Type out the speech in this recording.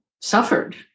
suffered